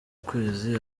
kwezi